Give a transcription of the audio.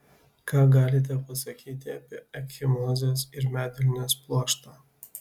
ką galite pasakyti apie ekchimozes ir medvilnės pluoštą